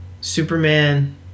Superman